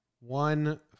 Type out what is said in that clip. One